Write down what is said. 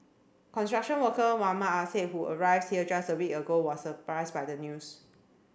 construction worker Mohammad Assad who arrives here just a week ago was surprised by the news